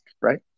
right